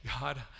God